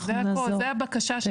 זה הכול, זו הבקשה שלנו.